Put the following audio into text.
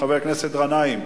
חבר הכנסת גנאים,